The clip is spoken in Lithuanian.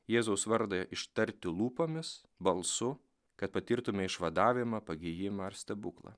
jėzaus vardą ištarti lūpomis balsu kad patirtume išvadavimą pagijimą ar stebuklą